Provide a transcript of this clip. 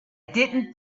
didn’t